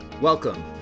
Welcome